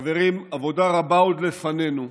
חברים, עבודה רבה עוד לפנינו,